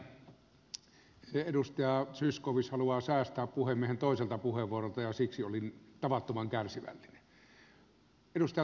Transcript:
ajattelin että edustaja zyskowicz haluaa säästää puhemiehen toiselta puheenvuorolta ja siksi olin tavattoman kärsivällinen